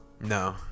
No